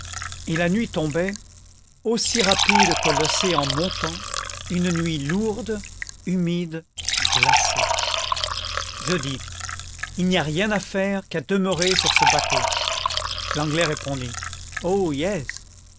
et la nuit tombait aussi rapide que l'océan montant une nuit lourde humide glacée je dis il n'y a rien à faire qu'à demeurer sur ce bateau l'anglais répondit oh yes